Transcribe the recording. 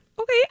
Okay